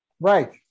Right